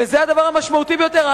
וזה הדבר המשמעותי ביותר.